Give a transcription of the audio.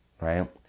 right